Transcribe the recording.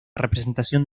representación